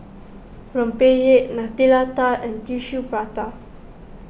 Rempeyek Nutella Tart and Tissue Prata